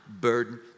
burden